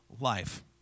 life